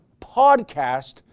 PODCAST